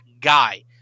guy